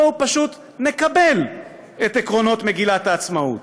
בואו פשוט נקבל את עקרונות מגילת העצמאות.